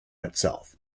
itself